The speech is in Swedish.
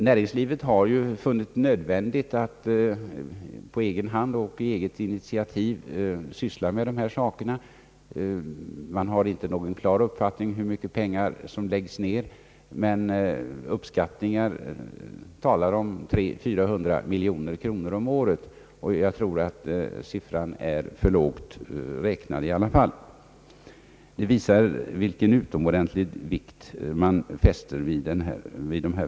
Näringslivet har ju funnit nödvändigt att på egen hand och på eget initiativ syssla med dessa saker. Man har inte någon klar uppfattning om hur mycket pengar som läggs ned härpå, men uppskattningar talar om 300—400 miljoner kronor om året, och jag tror ändå att denna siffra är för lågt räknad. Det visar vilken utomordentlig vikt man fäster vid dessa frågor.